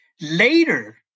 Later